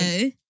No